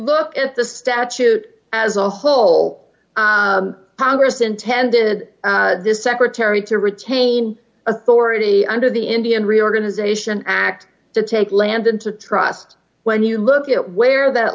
look at the statute as a whole congress intended this secretary to retain authority under the indian reorganization act to take land into trust when you look at where that